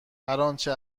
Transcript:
انچه